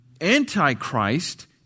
Antichrist